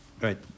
right